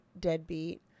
deadbeat